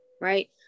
right